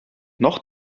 noch